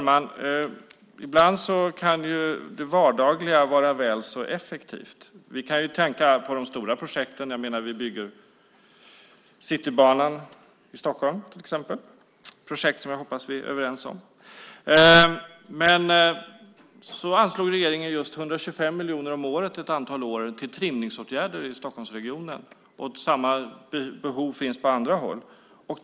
Fru talman! Ibland kan det vardagliga vara väl så effektivt. Vi kan tänka på de stora projekten. Vi bygger till exempel Citybanan i Stockholm. Det är ett projekt som jag hoppas att vi är överens om. Regeringen anslår just 125 miljoner om året ett antal år till trimningsåtgärder i Stockholmsregionen. Samma behov finns på andra håll.